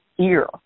ear